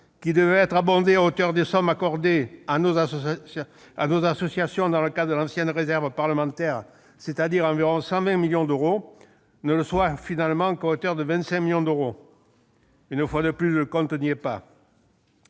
qui devait être abondé à hauteur des sommes accordées à nos associations dans le cadre de l'ancienne réserve parlementaire, soit 120 millions d'euros, et qui ne l'est finalement qu'à hauteur de 25 millions d'euros ? Une fois de plus, le compte n'y est pas.